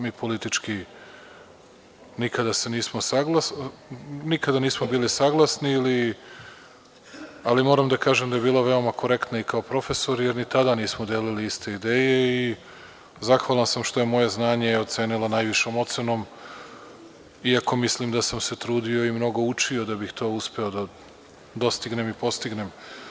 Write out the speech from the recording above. Mi politički nikada nismo bili saglasni, ali moram da kažem da je bila veoma korektna i kao profesor, jer ni tada nismo delili iste ideje i zahvalan sam što je moje znanje ocenila najvišom ocenom, iako mislim da sam se trudio i mnogo učio da bih to uspeo da dostignem i postignem.